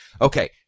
Okay